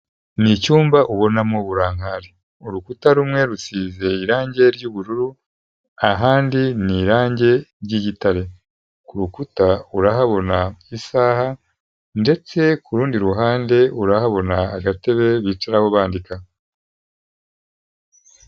Ni icyumba ubona mu burankari, urukuta rumwe rusize irangi ryubururu ahandi ni irangi ry'igitare, kurukuta urahabona isaha ndetse kurundi ruhande urahabona agatebe bicaraho bandika.